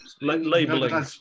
Labeling